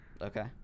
Okay